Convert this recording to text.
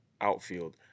outfield